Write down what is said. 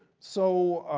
so